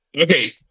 okay